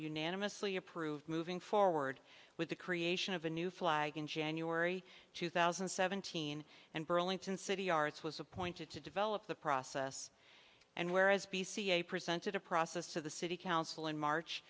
unanimously approved moving forward with the creation of a new flag in january two thousand and seventeen and burlington city arts was appointed to develop the process and whereas p c a presented a process to the city council in march